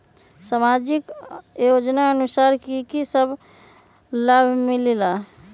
समाजिक योजनानुसार कि कि सब लाब मिलीला?